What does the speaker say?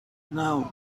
now